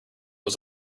was